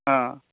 हाँ